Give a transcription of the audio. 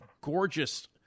gorgeous